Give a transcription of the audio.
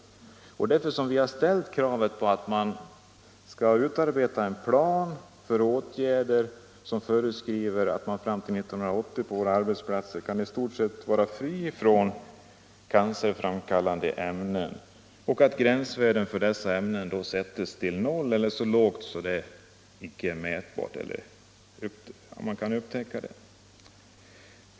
Det är därför vi ställer kravet att en plan om åtgärder och föreskrifter utarbetas så att det år 1980 på våra arbetsplatser kan vara i stort sett fritt från cancerframkallande ämnen och att gränsvärdet för dessa sättes till noll eller så lågt att halten av sådana ämnen är oupptäckbar.